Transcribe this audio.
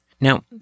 Now